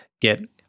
get